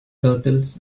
turtles